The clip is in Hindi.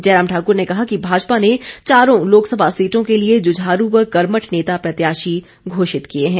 जयराम ठाक्र ने कहा कि भाजपा ने चारों लोकसभा सीटों के लिए जुझारू व कर्मठ नेता प्रत्याशी घोषित किए हैं